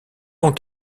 ont